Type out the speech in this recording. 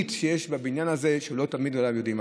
האמיתית שיש בבניין הזה שלא תמיד יודעים עליה.